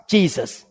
Jesus